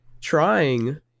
trying